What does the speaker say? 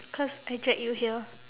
cause I drag you here